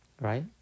Right